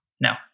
No